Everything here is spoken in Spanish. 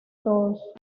todos